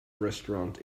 restaurant